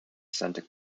centre